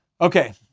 Okay